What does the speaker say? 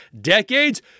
Decades